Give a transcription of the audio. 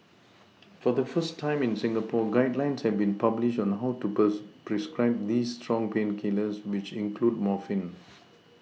for the first time in Singapore guidelines have been published on how to prescribe these strong painkillers which include morphine